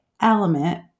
element